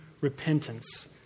repentance